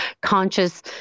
conscious